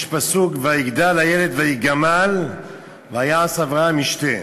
יש פסוק: "ויגדל הילד ויגָמל ויעש אברהם משתה".